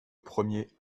premier